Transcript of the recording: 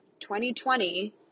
2020